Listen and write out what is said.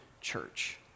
church